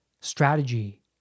strategy